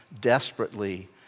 desperately